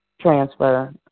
transfer